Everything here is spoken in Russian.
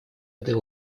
этой